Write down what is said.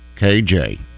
KJ